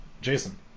Jason